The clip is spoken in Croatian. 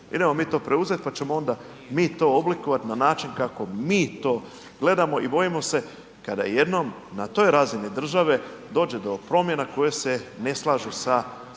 Idemo mi to preuzeti pa ćemo onda mi to oblikovati na način kako mi to gledamo i bojimo se kada jednom na toj razini države dođe do promjena koje se ne slažu sa lokalnim